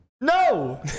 No